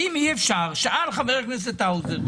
שאל חבר הכנסת האוזר,